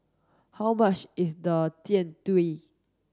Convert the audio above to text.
how much is the Jian Dui